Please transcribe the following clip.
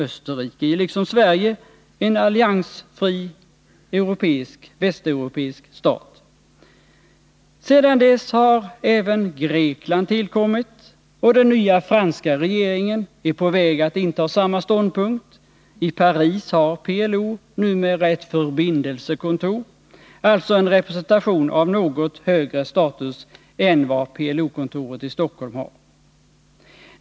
Österrike är ju liksom Sverige en alliansfri västeuropeisk stat. Sedan dess har även Grekland tillkommit, och den nya franska regeringen är på väg att inta samma ståndpunkt — i Paris har PLO numera ett förbindelsekontor, alltså en representation av något högre status än vad PLO-kontoret i Stockholm har.